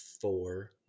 four